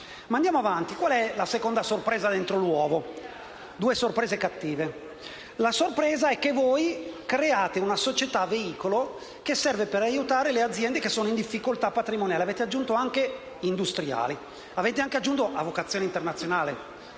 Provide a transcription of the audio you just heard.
Qual è la seconda sorpresa dentro l'uovo? Ci sono due sorprese cattive. La sorpresa è che voi create una società veicolo che serve per aiutare le aziende che sono in difficoltà patrimoniale. Avete aggiunto anche industriali e a vocazione internazionale.